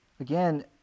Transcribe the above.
Again